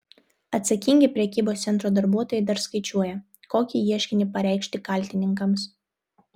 atsakingi prekybos centro darbuotojai dar skaičiuoja kokį ieškinį pareikšti kaltininkams